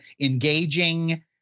engaging